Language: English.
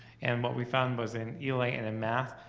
and what we found was, in ela and in math,